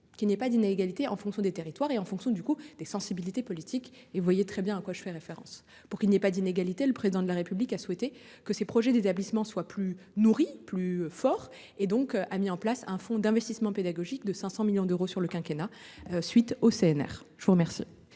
qui n'est pas d'inégalité, en fonction des territoires et en fonction du coût des sensibilités politiques et vous voyez très bien à quoi je fais référence pour qu'il n'ait pas d'inégalité. Le président de la République a souhaité que ces projets d'établissements, soit plus nourris plus fort et donc a mis en place un fonds d'investissement pédagogique de 500 millions d'euros sur le quinquennat. Suite au CNR, je vous remercie.